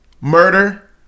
murder